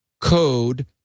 code